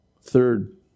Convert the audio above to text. Third